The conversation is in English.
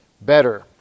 better